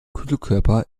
kühlkörper